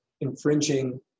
infringing